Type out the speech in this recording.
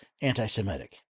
anti-Semitic